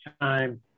time